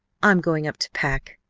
i'm going up to pack.